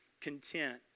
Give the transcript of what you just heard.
content